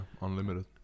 unlimited